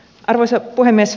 arvoisa puhemies